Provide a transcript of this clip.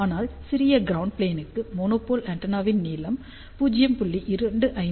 ஆனால் சிறிய ground plane க்கு மோனோபோல் ஆண்டெனாவின் நீளம் 0